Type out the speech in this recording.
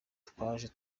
twaje